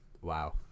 Wow